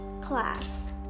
class